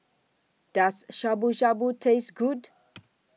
Does Shabu Shabu Taste Good